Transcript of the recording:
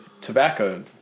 tobacco